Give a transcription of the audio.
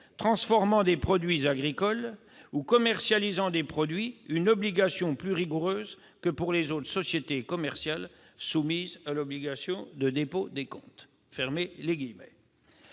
transformant des produits agricoles ou commercialisant des produits une obligation plus rigoureuse que pour les autres sociétés commerciales soumises à l'obligation de dépôt de comptes. »